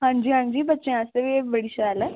आं जी आं जी बच्चें आस्तै बी एह् बड़ी शैल ऐ